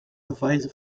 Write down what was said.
device